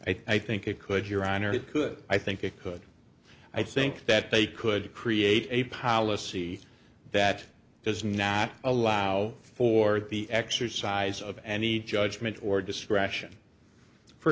disturbance i think it could your honor it could i think it could i think that they could create a policy that does not allow for the exercise of any judgment or discretion for